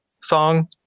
song